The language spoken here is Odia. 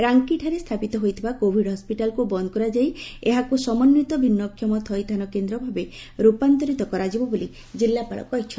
ରାଙ୍କିଠାରେ ସ୍ରାପିତ ହୋଇଥିବା କୋଭିଡ ହସିଟାଲକୁ ବନ୍ଦ କରାଯାଇ ଏହାକୁ ସମନ୍ଦିତ ଭିନୁଷମ ଥଇଥାନ କେନ୍ଦ୍ର ଭାବେ ରୂପାନ୍ତରିତ କରାଯିବ ବୋଲି ଜିଲ୍ଲାପାଳ କହିଛନ୍ତି